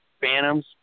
Phantoms